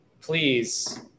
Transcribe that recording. Please